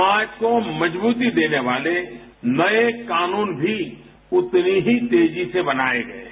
समाज को मजबूती देने वाले नए कानून भी उतनी ही तेजी से बनाए हैं